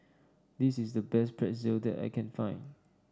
this is the best Pretzel that I can find